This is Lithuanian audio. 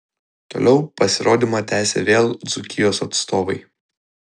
toliau pasirodymą tęsė vėl dzūkijos atstovai